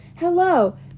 Hello